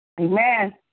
Amen